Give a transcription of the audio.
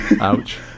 Ouch